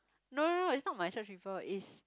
no no no is not my church people is